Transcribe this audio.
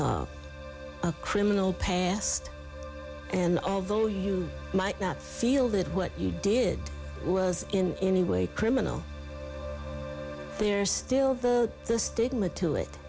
a criminal past and although you might not feel that what you did was in any way criminal there is still the stigma to it